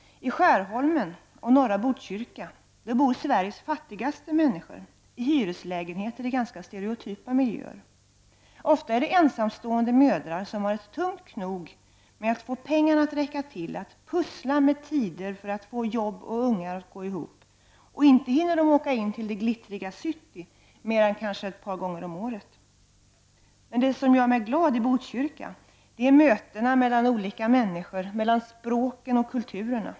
I Skärholmen och norra Botkyrka bor Sveriges fattigaste människor i hyreslägenheter i ganska stereotypa miljöer. Ofta är det ensamstående mödrar, som har ett tungt knog med att få pengarna att räcka till, att pussla med tider så att både jobb och ungar får sitt. Och inte hinner de åka in till det glittriga city mer än kanske ett par gånger om året. Det som gör mig glad i Botkyrka, det är mötena mellan olika människor, mellan språken och kulturerna.